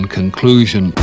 conclusion